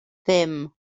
ddim